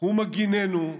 הוא מגיננו,